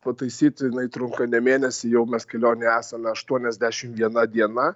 pataisyti jinai trunka ne menėsį jau mes kelionėj esam aštuoniasdešimt viena diena